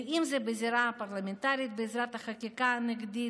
אם זה בזירה הפרלמנטרית בעזרת חקיקה נגדית